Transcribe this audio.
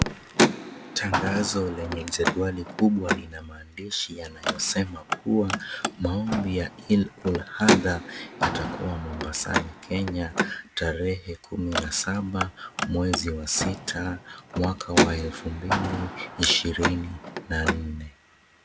Tangazo lenye jedwali kubwa lina maandishi yanayosema kuwa maombi ya Il Ul hadha yatakua Mombasani Kenya tarehe kumi na saba mwezi wa sita mwaka wa elfu mbili ishirini na nne.